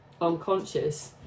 unconscious